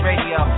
Radio